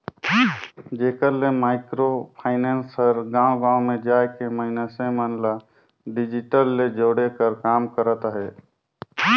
जेकर ले micro finance हर गाँव गाँव में जाए के मइनसे मन ल डिजिटल ले जोड़े कर काम करत अहे